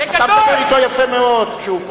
אתה מדבר אתו יפה מאוד כשהוא יושב.